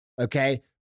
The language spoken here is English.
okay